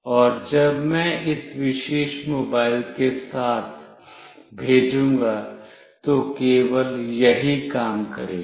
और जब मैं इस विशेष मोबाइल के साथ भेजूंगा तो केवल यही काम करेगा